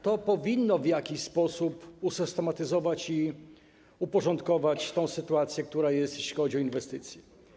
To powinno w jakiś sposób usystematyzować i uporządkować tę sytuację, która jest, jeśli chodzi o inwestycje.